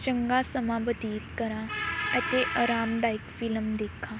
ਚੰਗਾ ਸਮਾਂ ਬਤੀਤ ਕਰਾਂ ਅਤੇ ਆਰਾਮਦਾਇਕ ਫਿਲਮ ਦੇਖਾਂ